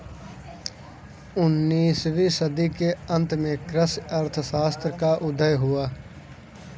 उन्नीस वीं सदी के अंत में कृषि अर्थशास्त्र का उदय हुआ